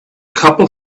couple